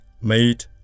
made